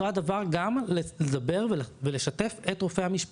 את אותו הדבר הם חשים גם מלדבר ולשתף את רופא המשפחה.